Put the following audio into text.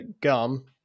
gum